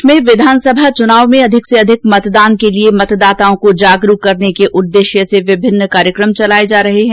प्रदेश में विघानसभा चुनाव में अधिक से अधिक मतदान के लिए मतदाताओं को जागरूक करने के लिए विभिन्न कार्यक्रम चलाए जा रहे हैं